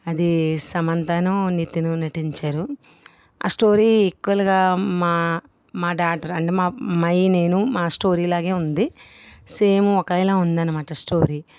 అది సమంత నితిన్ నటించారు ఆ స్టోరీ ఈక్వల్గా మా మా డాటర్ అండి మా అమ్మాయి నేను మా స్టోరీ లాగే ఉంది సేమ్ ఒక ఇలా ఉందన్నమాట స్టోరీ